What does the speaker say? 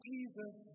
Jesus